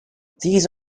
these